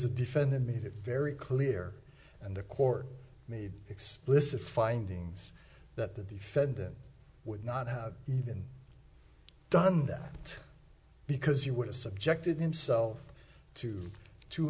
the defendant made it very clear and the court made explicit findings that the defendant would not have even done that because he would have subjected himself to two